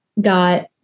got